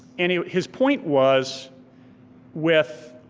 and his point was with